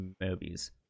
movies